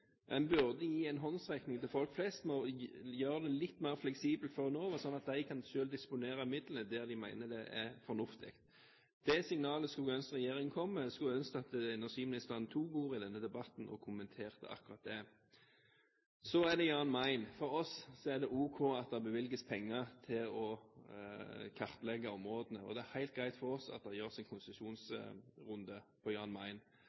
En burde gi en håndsrekning til folk flest ved å gjøre det litt mer fleksibelt for Enova, slik at de selv kan disponere midlene der de mener det er fornuftig. Det signalet skulle jeg ønske regjeringen kom med. Jeg skulle ønske at energiministeren tok ordet i denne debatten og kommenterte akkurat det. Så er det Jan Mayen. For oss er det ok at det bevilges penger til å kartlegge områdene, og det er helt greit for oss at det gjøres en konsesjonsrunde på Jan Mayen.